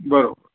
बरोबर